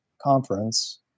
conference